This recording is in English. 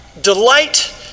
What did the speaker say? Delight